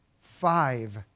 Five